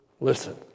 listen